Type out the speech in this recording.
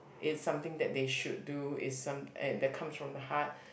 it's something that they should do it's some eh that comes from the heart